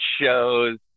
shows